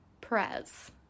Perez